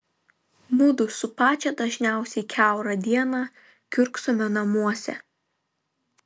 mudu su pačia dažniausiai kiaurą dieną kiurksome namuose